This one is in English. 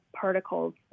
particles